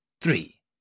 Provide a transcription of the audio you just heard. Three